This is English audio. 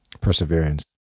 Perseverance